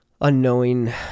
unknowing